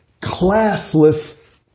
classless